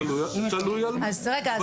תלוי על מה.